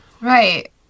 Right